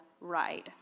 ride